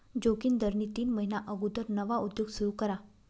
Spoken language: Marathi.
जोगिंदरनी तीन महिना अगुदर नवा उद्योग सुरू करा